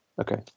okay